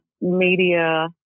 media